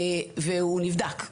והוא נבדק.